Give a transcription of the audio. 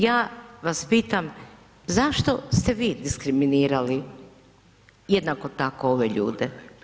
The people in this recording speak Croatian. Ja vas pitam zašto ste vi diskriminirali jednako tako ove ljude?